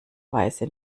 weise